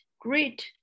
great